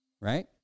Right